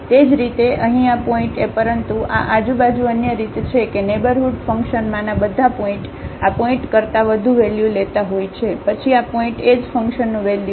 તે જ રીતે અહીં આ પોઇન્ટએ પરંતુ આ આજુ બાજુ અન્ય રીત છે કે નેઇબરહુડ ફંકશનમાંના બધા પોઇન્ટ આ પોઇન્ટ કરતા વધુ વેલ્યુ લેતા હોય છે પછી આ પોઇન્ટએ જ ફંકશનનું વેલ્યુ